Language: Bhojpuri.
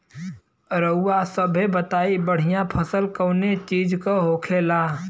रउआ सभे बताई बढ़ियां फसल कवने चीज़क होखेला?